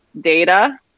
data